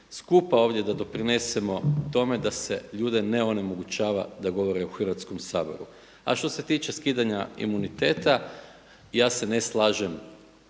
skupa ovdje da doprinesemo tome da se ljude ne onemogućava da govore u Hrvatskom saboru. A što se tiče skidanja imuniteta ja se ne slažem